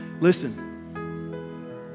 Listen